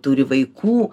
turi vaikų